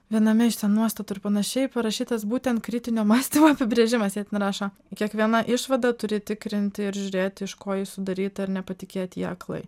viename iš ten nuostatų ir panašiai parašytas būtent kritinio mąstymo apibrėžimas jie ten rašo kiekviena išvadą turi tikrinti ir žiūrėti iš ko ji sudaryta ir nepatikėti ja aklai